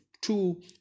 two